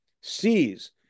sees